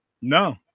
No